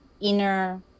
inner